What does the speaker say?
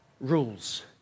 rules